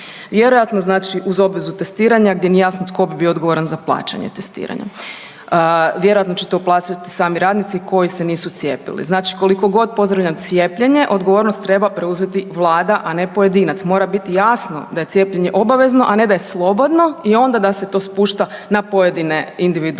vjerojatno znači uz obvezu testiranja gdje nije jasno tko bi bio odgovoran za plaćanje testiranja. Vjerojatno će to plaćat sami radnici koji se nisu cijepili. Znači koliko god pozdravljam cijepljenje, odgovornost treba preuzeti Vlada ne pojedinac, mora biti jasno da cijepljenje obavezno a ne da slobodno i onda da se to spušta na pojedine individualne